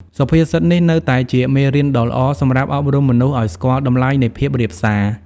សុភាសិតនេះនៅតែជាមេរៀនដ៏ល្អសម្រាប់អប់រំមនុស្សឱ្យស្គាល់តម្លៃនៃភាពរាបសារ។